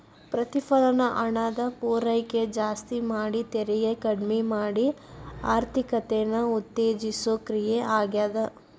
ಪ್ರತಿಫಲನ ಹಣದ ಪೂರೈಕೆ ಜಾಸ್ತಿ ಮಾಡಿ ತೆರಿಗೆ ಕಡ್ಮಿ ಮಾಡಿ ಆರ್ಥಿಕತೆನ ಉತ್ತೇಜಿಸೋ ಕ್ರಿಯೆ ಆಗ್ಯಾದ